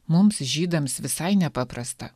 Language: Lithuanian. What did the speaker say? mums žydams visai nepaprasta